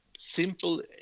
simple